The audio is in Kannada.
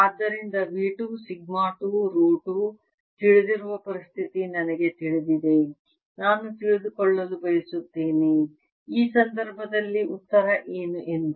ಆದ್ದರಿಂದ V 2 ಸಿಗ್ಮಾ 2 ರೋ 2 ತಿಳಿದಿರುವ ಪರಿಸ್ಥಿತಿ ನನಗೆ ತಿಳಿದಿದೆ ನಾನು ತಿಳಿದುಕೊಳ್ಳಲು ಬಯಸುತ್ತೇನೆ ಈ ಸಂದರ್ಭದಲ್ಲಿ ಉತ್ತರ ಏನು ಎಂದು